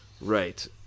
Right